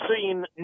seen